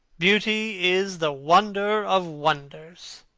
beauty is the wonder of wonders.